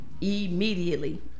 immediately